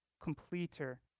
completer